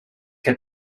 can